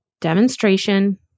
demonstration